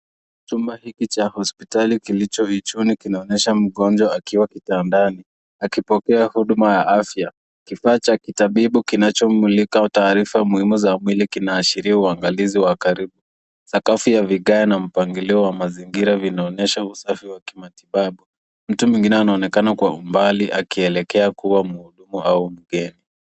Chumba hiki cha hospitali kilicho ichuni kinaonyesha mgonjwa akiwa kitandani akipokea huduma ya afya. Kifaa cha kitabibu kinachomulika taarifa muhimu za mwili kinaashiria uangalizi wa karibu. Sakafu ya vigae na mpangilio wa mazingira vinaonyesha usafi wa kimatibabu. Mtu mwingine anaonekana kwa umbali akielekea kuwa muhudumu au mgeni.